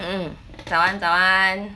mm 早安早安